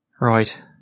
Right